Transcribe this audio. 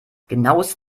genaues